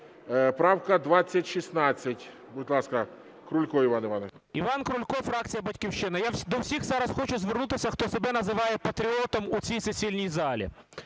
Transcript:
Правка 2016. Будь ласка, Крулько Іван Іванович. 13:43:32 КРУЛЬКО І.І. Іван Крулько, фракція "Батьківщина". Я до всіх зараз хочу звернутися, хто себе називає патріотом у цій сесійній залі.